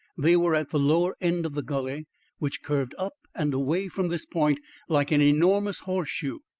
they were at the lower end of the gully which curved up and away from this point like an enormous horseshoe.